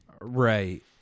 right